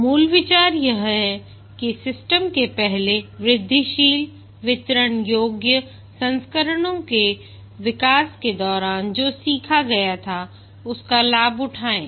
मूल विचार यह है कि सिस्टम के पहले वृद्धिशील वितरण योग्य संस्करणों के विकास के दौरान जो सीखा गया था उसका लाभ उठाएं